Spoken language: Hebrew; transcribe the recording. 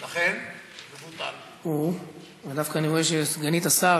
אני דווקא רואה שסגנית השר,